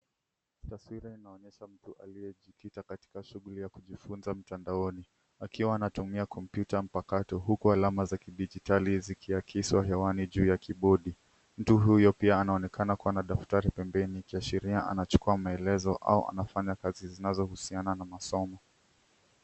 Taswira inaonyesha mtu aliyejikita katika shughuli ya kujifunza mtandaoni, akiwa anatumia kompyuta mpakato huku alama za kidijitali zikiakiswa hewani juu ya kibodi. Mtu huyo pia anaonekana kuwa na daftari pembeni, ikiashiria anachukua maelezo au anafanya kazi zinazohusiana na masomo.